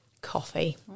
Coffee